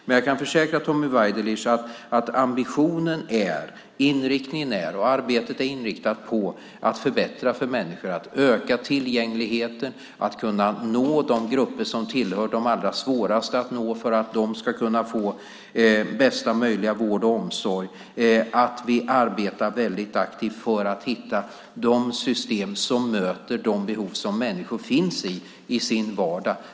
Men jag kan försäkra Tommy Waidelich att ambitionen och arbetets inriktning är att förbättra för människor, att öka tillgängligheten, att kunna nå de grupper som tillhör de allra svåraste att nå för att de ska kunna få bästa möjliga vård och omsorg och att vi arbetar väldigt aktivt för att hitta de system som möter de behov som människor har i sin vardag.